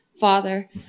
Father